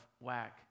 whack